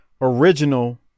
original